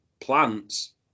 plants